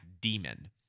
demon